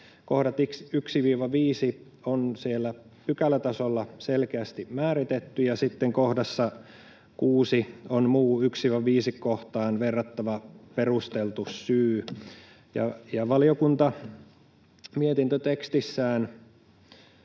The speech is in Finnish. kohdat on siellä pykälätasolla selkeästi määritetty, ja sitten 6 kohdassa on ”muu 1—5 kohtaan verrattava perusteltu syy”. Valiokunta mietintötekstissään